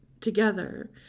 together